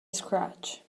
scratch